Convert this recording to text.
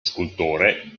scultore